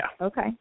okay